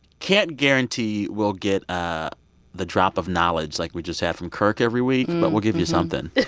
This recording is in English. can't guarantee we'll get ah the drop of knowledge like we just had from kirk every week, but we'll give you something.